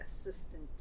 Assistant